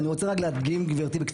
ואני רוצה להדגים, גבירתי, בקצרה.